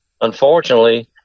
Unfortunately